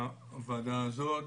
הוועדה הזאת